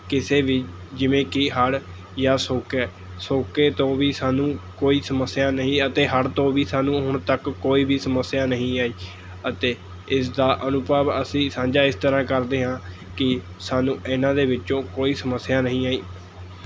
ਕਿਸੇ ਵੀ ਜਿਵੇਂ ਕਿ ਹੜ੍ਹ ਜਾਂ ਸੋਕਾ ਸੋਕੇ ਤੋਂ ਵੀ ਸਾਨੂੰ ਕੋਈ ਸਮੱਸਿਆ ਨਹੀਂ ਅਤੇ ਹੜ੍ਹ ਤੋਂ ਵੀ ਸਾਨੂੰ ਹੁਣ ਤੱਕ ਕੋਈ ਵੀ ਸਮੱਸਿਆ ਨਹੀਂ ਆਈ ਅਤੇ ਇਸ ਦਾ ਅਨੁਭਵ ਅਸੀਂ ਸਾਂਝਾ ਇਸ ਤਰ੍ਹਾਂ ਕਰਦੇ ਹਾਂ ਕਿ ਸਾਨੂੰ ਇਨ੍ਹਾਂ ਦੇ ਵਿੱਚੋਂ ਕੋਈ ਸਮੱਸਿਆ ਨਹੀਂ ਆਈ